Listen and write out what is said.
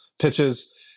pitches